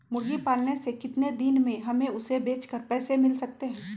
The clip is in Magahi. मुर्गी पालने से कितने दिन में हमें उसे बेचकर पैसे मिल सकते हैं?